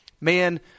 man